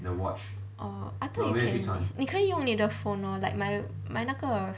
orh I thought you can 你可以用你的 phone lor like my my 那个